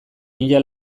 mila